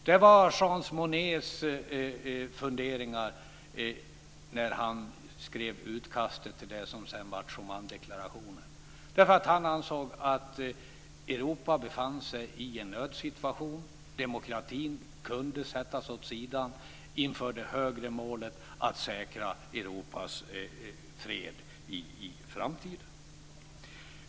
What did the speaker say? Det var Jean Monets funderingar när han skrev utkastet till det som sedan blev Schumanndeklarationen. Han ansåg nämligen att Europa befann sig i en nödsituationen. Demokratin kunde sättas åt sidan inför det högre målet att säkra Europas fred i framtiden.